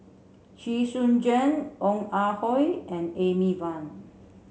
Chee Soon Juan Ong Ah Hoi and Amy Van